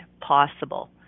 possible